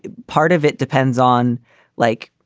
part of it depends on like,